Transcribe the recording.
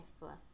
left